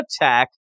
attack